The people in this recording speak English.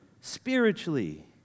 spiritually